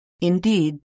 Indeed